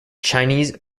chinese